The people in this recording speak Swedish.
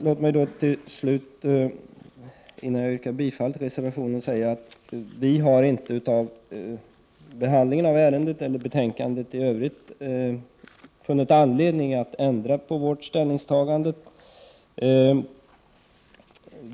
Låt mig slutligen innan jag yrkar bifall till reservationen säga att vi inte under behandlingen av ärendet eller av betänkandet i övrigt funnit anledning att ändra vårt ställningstagande.